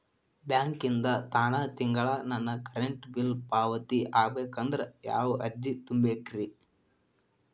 ಬ್ಯಾಂಕಿಂದ ತಾನ ತಿಂಗಳಾ ನನ್ನ ಕರೆಂಟ್ ಬಿಲ್ ಪಾವತಿ ಆಗ್ಬೇಕಂದ್ರ ಯಾವ ಅರ್ಜಿ ತುಂಬೇಕ್ರಿ?